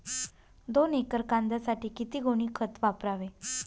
दोन एकर कांद्यासाठी किती गोणी खत वापरावे?